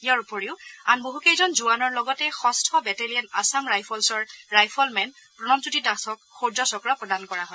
ইয়াৰ উপৰিও আন বছকেইজন জোৱানৰ লগতে ষষ্ঠ বেটেলিয়ন আছাম ৰাইফলছৰ ৰাইফলমেন প্ৰণৱজ্যোতি দাসক শৌৰ্য চক্ৰ প্ৰদান কৰা হয়